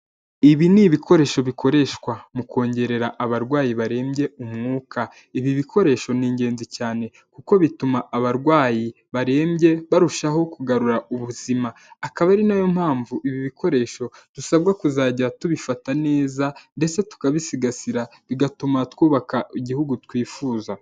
Ibi ni ibikoresho bikoreshwa mu kongerera abarwayi barembye umwuka, ibi bikoresho ni ingenzi cyane kuko bituma abarwayi barembye barushaho kugarura ubuzima, akaba ari nayo mpamvu ibi bikoresho dusabwa kuzajya tubifata neza ndetse tukabisigasira, bigatuma twubaka igihugu twifuza.